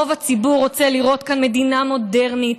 רוב הציבור רוצה לראות כאן מדינה מודרנית,